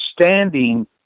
standing